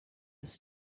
his